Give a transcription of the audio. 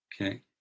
Okay